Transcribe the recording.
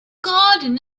garden